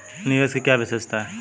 निवेश की क्या विशेषता है?